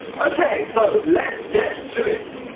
okay, so let's get to it!